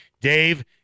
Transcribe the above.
Dave